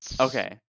Okay